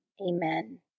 Amen